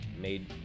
made